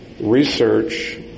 research